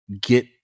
get